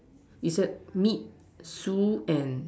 it said meet Sue and